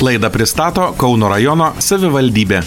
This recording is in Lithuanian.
laidą pristato kauno rajono savivaldybė